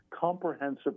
comprehensive